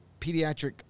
pediatric